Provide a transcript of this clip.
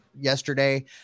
yesterday